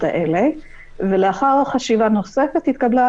האלה לשאר המטופלים ולאחר חשיבה נוספת התקבלה